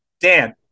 dan